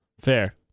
Fair